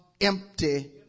empty